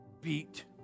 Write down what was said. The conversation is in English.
beat